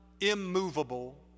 immovable